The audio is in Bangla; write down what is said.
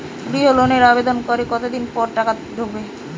গৃহ লোনের আবেদনের কতদিন পর টাকা ঢোকে?